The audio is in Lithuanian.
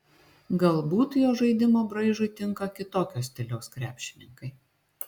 galbūt jo žaidimo braižui tinka kitokio stiliaus krepšininkai